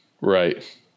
Right